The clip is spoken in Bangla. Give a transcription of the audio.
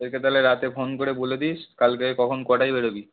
ওকে তাহলে রাতে ফোন করে বলে দিস কালকে কখন কটায় বেরোবি